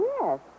Yes